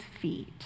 feet